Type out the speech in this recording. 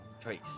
trace